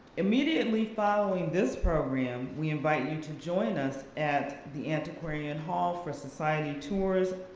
immediately following this program, we invite you to join us at the antiquarian hall for society tours,